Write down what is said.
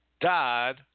died